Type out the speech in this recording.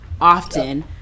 often